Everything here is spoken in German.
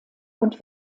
und